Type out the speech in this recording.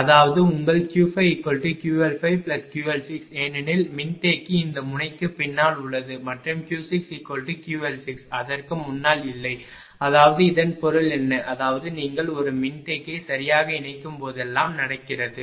அதாவது உங்கள் Q5QL5QL6 ஏனெனில் மின்தேக்கி இந்த முனைக்கு பின்னால் உள்ளது மற்றும் Q6QL6 அதற்கு முன்னால் இல்லை அதாவது இதன் பொருள் என்ன அதாவது நீங்கள் ஒரு மின்தேக்கியை சரியாக இணைக்கும்போதெல்லாம் நடக்கிறது